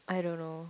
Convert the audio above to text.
I don't know